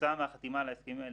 כתוצאה מהחתימה על ההסכמים האלה,